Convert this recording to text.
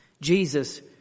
Jesus